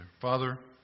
Father